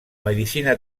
medicina